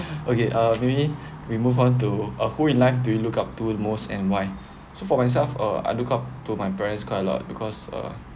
okay uh maybe we move on to uh who in life do you look up to the most and why so for myself uh I look up to my parents quite a lot because uh